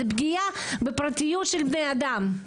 זאת פגיעה בפרטיות של בני אדם.